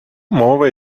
мова